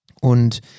Und